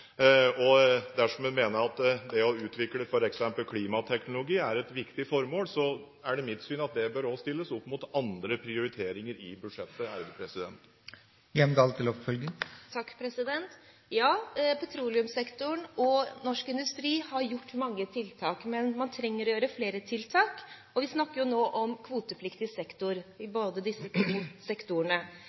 Dersom en mener at det å utvikle f.eks. klimateknologi er et viktig formål, er det mitt syn at det òg bør stilles opp mot andre prioriteringer i budsjettet. Ja, petroleumssektoren og norsk industri har gjort mange tiltak, men man trenger flere. Vi snakker jo nå om kvotepliktig sektor, i